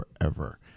forever